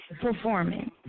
performing